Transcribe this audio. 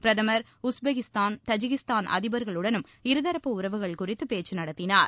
பிரதமா் Uzbekistan Tajikistan அதிபா்களுடனும் இருதரப்பு உறவுகள் குறித்து பேச்சு நடத்தினார்